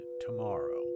tomorrow